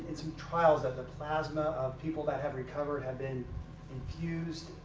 and some trials that the plasma of people that have recovered have been infused.